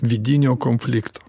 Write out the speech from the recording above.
vidinio konflikto